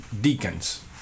deacons